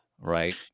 right